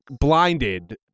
blinded